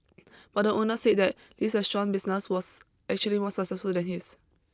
but the owner said that Li's restaurant business was actually more successful than his